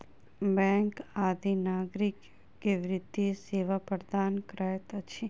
bank आदि नागरिक के वित्तीय सेवा प्रदान करैत अछि